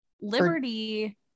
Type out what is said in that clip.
Liberty